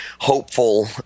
hopeful